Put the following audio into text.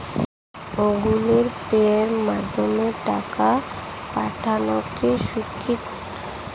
Google Pay মাধ্যমে টাকা পাঠানোকে সুরক্ষিত?